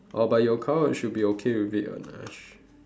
oh but should be okay with it [one] ah